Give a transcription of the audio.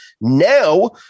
Now